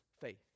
faith